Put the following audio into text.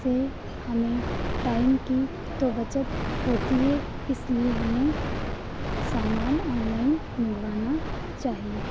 से हमें टाइम की तो बचत होती है इसलिए हमें सामान ऑनलाइन मंगवाना चाहिए